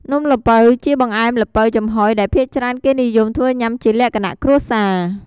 នំល្ពៅជាបង្អែមល្ពៅចំហុយដែលភាគច្រើនគេនិយមធ្វើញុាំជាលក្ខណៈគ្រួសារ។